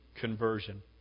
conversion